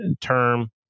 term